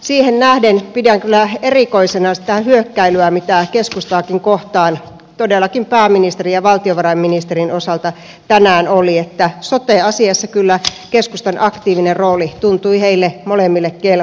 siihen nähden pidän kyllä erikoisena sitä hyökkäilyä mitä keskustaakin kohtaan todellakin pääministerin ja valtiovarainministerin osalta tänään oli vaikka sote asiassa kyllä keskustan aktiivinen rooli tuntui heille molemmille kelpaavan